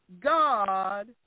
God